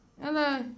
Hello